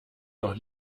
noch